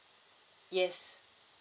yes